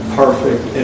perfect